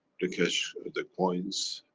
the keshe, the coins,